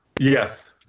Yes